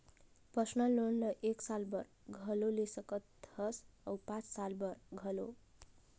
personal loan ल एक साल बर घलो ले सकत हस अउ पाँच साल बर घलो